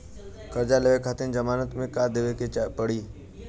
कर्जा लेवे खातिर जमानत मे का देवे के पड़ी?